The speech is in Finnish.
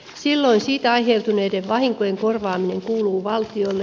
silloin siitä aiheutuneiden vahinkojen korvaaminen kuuluu valtiolle